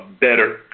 better